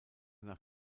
nach